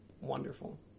wonderful